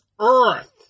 earth